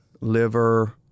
liver